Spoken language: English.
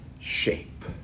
shape